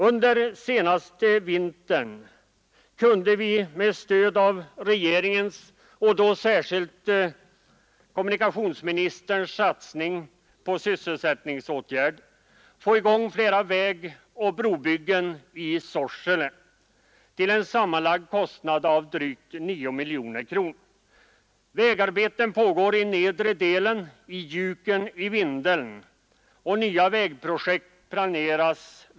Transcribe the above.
Under den senaste vintern kunde vi med stöd av regeringens och då särskilt kommunikationsministerns satsning på sysselsättningsåtgärder få i gång flera vägoch brobyggen i Sorsele till en sammanlagd kostnad av drygt 9 miljoner kronor. Vägarbeten pågår också i nedre delen — i Hjuken i Vindeln, och nya vägprojekt planeras.